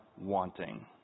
wanting